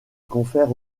confère